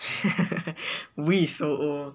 wii is so old